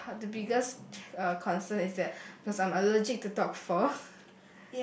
the the biggest ch~ uh concern is that because I'm allergic to dog fur